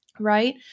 right